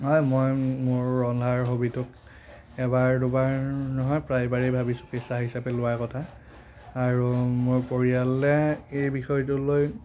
এই মই মোৰ ৰন্ধাৰ হবিটোক এবাৰ দুবাৰ নহয় প্ৰায়বাৰেই ভাবিছো পেচা হিচাপে লোৱাৰ কথা আৰু মোৰ পৰিয়ালে এই বিষয়টো লৈ